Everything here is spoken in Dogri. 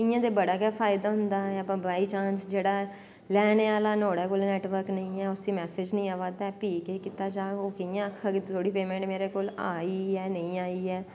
इयां ते बड़ा गै फायदा होंदा ऐ व बाईचांस जेह्ड़ा लेने आह्ला नोहाड़े कोल नैटवर्क नी ऐ उसी मैसेज़ नी आवा दा ऐ प्ही केह् कीता जाह्ग ओबह् कियां आखग कि ओकड़ी पेमैंट मेरै कोल आई ऐ जां नेंई आई ऐ